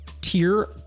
tier